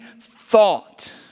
thought